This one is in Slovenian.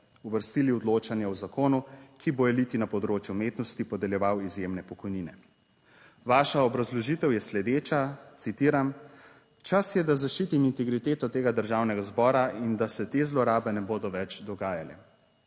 uvrstili odločanje o zakonu, ki bo eliti na področju umetnosti podeljeval izjemne pokojnine. Vaša obrazložitev je sledeča, citiram: "Čas je, da zaščitim integriteto tega Državnega zbora in da se te zlorabe ne bodo več dogajale."